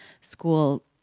school